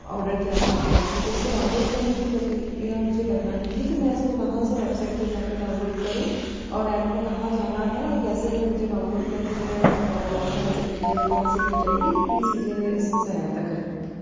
order किया था आपके यहाँ से तो इसको डाउनलोड करने की प्रक्रिया मुझे बता दीजिए कि मैं इसको कहाँ से वेबसाइट पर जाकर डाउनलोड करूँ और ऐप में कहाँ जाना है और कैसे ये मुझे डाउनलोड करके मैं मोबाइल में as a P D F form save हो जाएगी तो प्लीज मुझे एस एम एस आया था करें